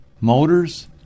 Motors